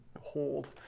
hold